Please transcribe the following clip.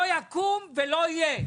לא יקום ולא יהיה.